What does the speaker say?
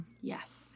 Yes